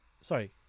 sorry